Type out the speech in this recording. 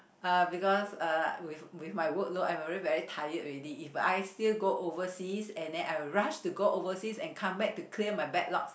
uh because uh with with my workload I'm already very tired already if I still go overseas and then I'll rush to go overseas and come back to clear my backlog